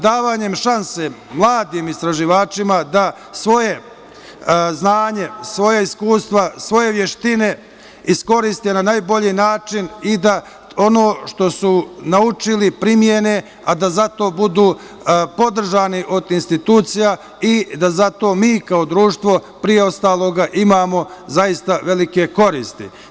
Davanjem šanse mladim istraživačima da svoje znanje, svoja iskustva, svoje veštine iskoriste na najbolji način i da ono što su naučili primene, a da za to budu podržani od institucija i da zato mi, kao društvo, pre ostaloga imamo zaista velike koristi.